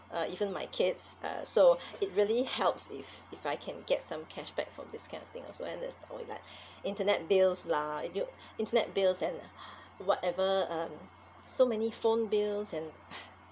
uh even my kids uh so it really helps if if I can get some cashback for this kind of thing also and there's always like internet bills lah internet bills and whatever um so many phone bills and